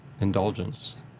indulgence